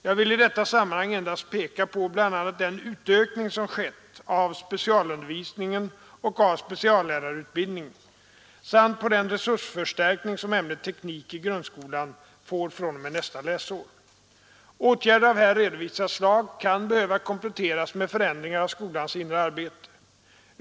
Jag vill i detta sammanhang endast peka på bl.a. den utökning som skett av specialundervisningen och av speciallärarutbildningen samt på den resursförstärkning som ämnet teknik i grundskolan får fr.o.m. nästa läsår. Åtgärder av här redovisat slag kan behöva kompletteras med förändringar av skolans inre arbete.